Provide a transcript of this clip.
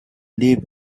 lived